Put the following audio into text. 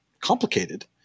complicated